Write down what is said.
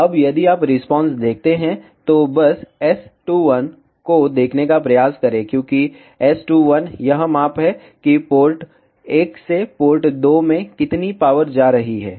इसलिए अब यदि आप रिस्पांस देखते हैं तो बस S21 को देखने का प्रयास करें क्योंकि S21 यह माप है कि पोर्ट 1 से पोर्ट 2 में कितनी पावर जा रही है